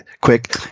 quick